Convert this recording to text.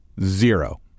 Zero